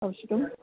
आवश्यकम्